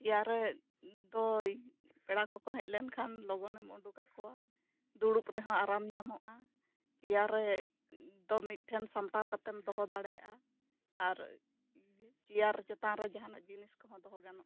chair ᱨᱮ ᱯᱮᱲᱟ ᱠᱚᱠᱚ ᱦᱮᱡ ᱞᱮᱱᱠᱷᱟᱱ ᱞᱚᱜᱚᱱᱮᱢ ᱚᱰᱚᱠ ᱟᱠᱚᱣᱟ ᱫᱩᱲᱩᱵ ᱨᱮᱦᱚᱸ ᱟᱨᱟᱢ ᱧᱟᱢᱚᱜᱼᱟ ᱪᱮᱭᱟᱨ ᱨᱮ ᱫᱚ ᱢᱤᱫ ᱴᱷᱮᱱ ᱥᱟᱢᱴᱟᱣ ᱠᱟᱛᱮᱢ ᱫᱚᱦᱚ ᱫᱟᱲᱮᱭᱟᱜᱼᱟ ᱟᱨ ᱪᱮᱭᱟᱨ ᱪᱮᱛᱟᱱ ᱨᱮ ᱡᱟᱦᱟᱱᱟᱜ ᱡᱤᱱᱤᱥ ᱠᱚᱦᱚᱸ ᱫᱚᱦᱚ ᱜᱟᱱᱚᱜᱼᱟ